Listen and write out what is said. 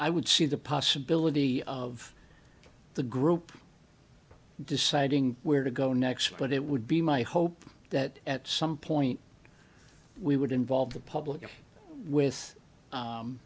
i would see the possibility of the group deciding where to go next but it would be my hope that at some point we would involve the public with